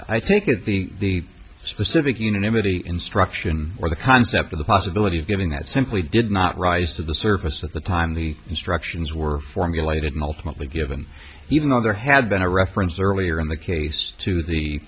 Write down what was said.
i think that the specific unanimity instruction or the concept of the possibility of giving that simply did not rise to the surface at the time the instructions were formulated multiple given even though there had been a reference earlier in the case to the